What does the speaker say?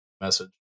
message